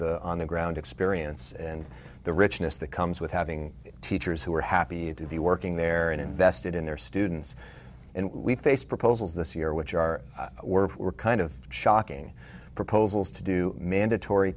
the on the ground experience and the richness that comes with having teachers who were happy to be working there and invested in their students and we face proposals this year which are were were kind of shocking proposals to do mandatory